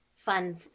fun